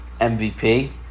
MVP